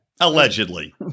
Allegedly